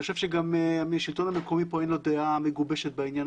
אני חושב שגם לשלטון המקומי פה אין דעה מגובשת בעניין